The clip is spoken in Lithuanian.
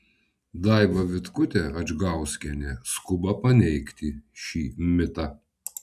daiva vitkutė adžgauskienė skuba paneigti šį mitą